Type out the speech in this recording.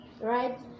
right